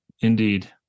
indeed